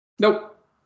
Nope